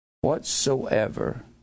Whatsoever